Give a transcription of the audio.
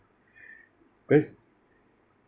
because